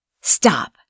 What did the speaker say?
Stop